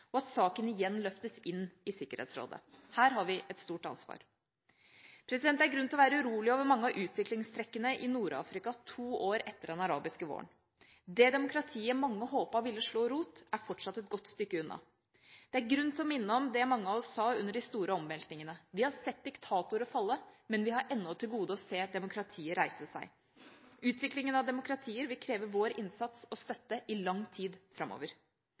og at saken igjen løftes inn i Sikkerhetsrådet. Her har vi et stort ansvar. Det er grunn til å være urolig over mange av utviklingstrekkene i Nord-Afrika to år etter den arabiske våren. Det demokratiet mange håpet ville slå rot, er fortsatt et godt stykke unna. Det er grunn til å minne om det mange av oss sa under de store omveltningene: Vi har sett diktatorer falle, men vi har ennå til gode å se demokratiet reise seg. Utviklingen av demokratier vil kreve vår innsats og støtte i lang tid framover.